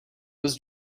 was